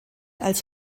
als